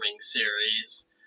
series